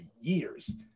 years